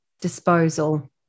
disposal